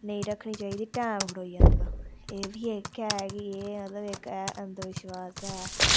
नेईं रक्खनी चाहिदी टैम खड़ोई जंदा एह् बी इक ऐ कि इक ऐ अन्ध विश्वास ऐ